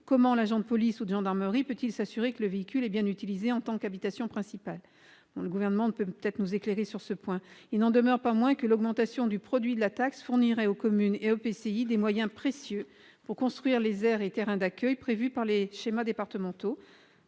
comment l'agent de police ou de gendarmerie peut-il s'assurer que le véhicule est bien utilisé en tant qu'habitation principale ? Le Gouvernement nous éclairera peut-être sur ce point. Il n'en demeure pas moins que l'augmentation du produit de la taxe fournirait aux communes et EPCI des moyens précieux pour construire les aires et terrains d'accueil prévus par les schémas départementaux,